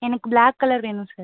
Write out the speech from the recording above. எனக்கு black colour வேணும் sir